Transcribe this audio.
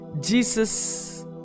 Jesus